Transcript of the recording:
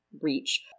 Reach